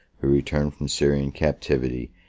who returned from syrian captivity,